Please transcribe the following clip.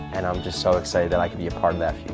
and i'm just so excited that i can be a part of that future.